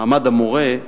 מעמד המורה.